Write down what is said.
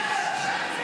צא מפה.